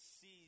sees